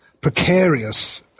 precarious